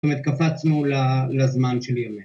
‫זאת אומרת, קפצנו לזמן של ימינו.